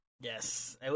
Yes